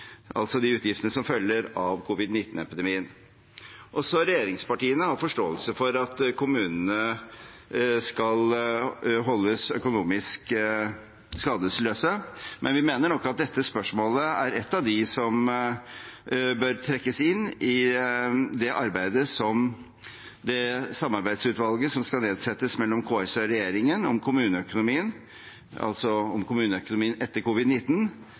som følge av covid-19-epidemien. Regjeringspartiene har forståelse for at kommunene skal holdes økonomisk skadesløse, men vi mener at dette spørsmålet er et av dem som bør trekkes inn i det arbeidet som samarbeidsutvalget, som skal nedsettes mellom KS og regjeringen om kommuneøkonomien